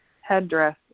headdress